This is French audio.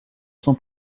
son